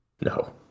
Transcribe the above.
No